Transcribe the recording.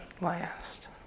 last